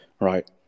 right